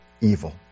evil